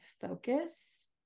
focus